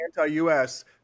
anti-US